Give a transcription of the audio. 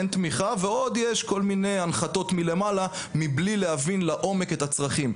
אין תמיכה ועוד יש כל מיני הנחתות מלמעלה מבלי להבין לעומק את הצרכים.